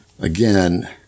again